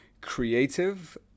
creative